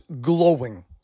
glowing